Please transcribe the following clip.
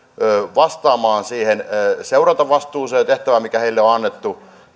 vastaamaan siihen seurantavastuuseen tehtävään mikä heille on on annettu